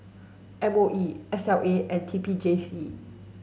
M O E S L A and T P J C